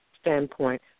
standpoint